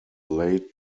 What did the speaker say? late